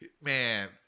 man